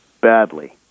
badly